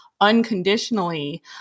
unconditionally